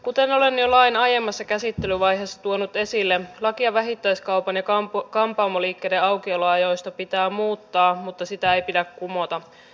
kuten olen jo lain aiemmassa käsittelyvaiheessa tuonut esille lakia vähittäiskaupan ja kampaamoliikkeiden aukioloajoista pitää muuttaa mutta sitä ei pidä kumota